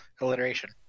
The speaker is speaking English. alliteration